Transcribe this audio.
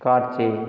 காட்சி